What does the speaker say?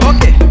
Okay